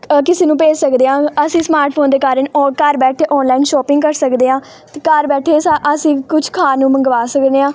ਅ ਕਿਸੇ ਨੂੰ ਭੇਜ ਸਕਦੇ ਹਾਂ ਅਸੀਂ ਸਮਾਰਟ ਫੋਨ ਦੇ ਕਾਰਨ ਉਹ ਘਰ ਬੈਠੇ ਆਨਲਾਈਨ ਸ਼ੋਪਿੰਗ ਕਰ ਸਕਦੇ ਹਾਂ ਅਤੇ ਘਰ ਬੈਠੇ ਸਾ ਅਸੀਂ ਕੁਛ ਖਾਣ ਨੂੰ ਮੰਗਵਾ ਸਕਦੇ ਹਾਂ